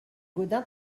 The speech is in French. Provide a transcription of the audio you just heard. gaudin